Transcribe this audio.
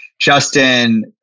Justin